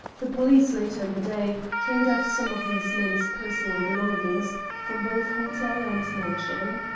the police, later in the day, carried off some of these men's personal belongings, from both hotel and mansion.